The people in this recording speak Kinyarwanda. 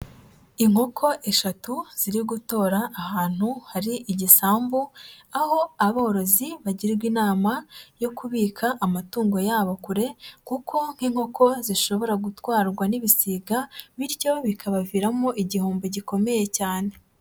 Inkoko eshatu ziri gutora ahantu hari igisambu, aho aborozi bagirwa inama yo kubika amatungo yabo kure kuko nk'inkoko zishobora gutwarwa n'ibisiga bityo bikabaviramo igihombo gikomeye cyane.